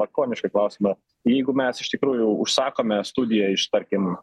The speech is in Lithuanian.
lakonišką klausimą jeigu mes iš tikrųjų užsakome studiją iš tarkim